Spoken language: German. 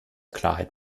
klarheit